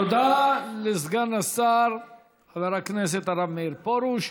תודה לסגן השר חבר הכנסת הרב מאיר פרוש.